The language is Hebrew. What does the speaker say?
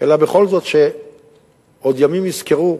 אלא בכל זאת שעוד ימים יזכרו,